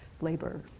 labor